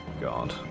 god